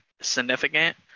significant